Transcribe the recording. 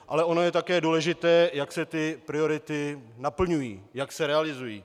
Ale ono je také důležité, jak se ty priority naplňují, jak se realizují.